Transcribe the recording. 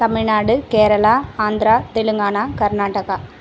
Tamil Nadu Kerala Andhra Telangana Karnataka